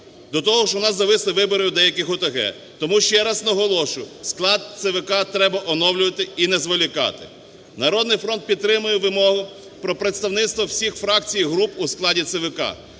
До того ж у нас зависли вибори в деяких ОТГ. Тому ще раз наголошую, склад ЦВК треба оновлювати і не зволікати. "Народний фронт" підтримує вимогу про представництво всіх фракцій і груп у складі ЦВК.